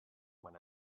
when